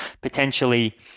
potentially